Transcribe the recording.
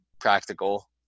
practical